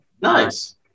nice